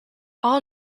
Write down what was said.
all